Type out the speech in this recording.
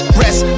rest